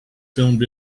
filmed